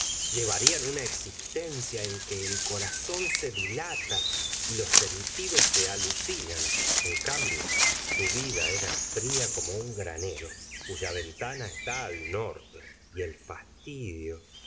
llevarían una existencia en que el corazón se dilata y los sentidos se alucinan en cambio su vida era fría como un granero cuya ventana está al norte y el fastidio